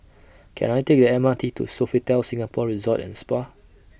Can I Take The M R T to Sofitel Singapore Resort and Spa